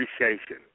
appreciation